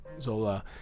zola